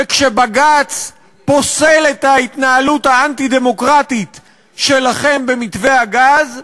וכשבג"ץ פוסל את ההתנהלות האנטי-דמוקרטית שלכם במתווה הגז,